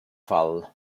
fall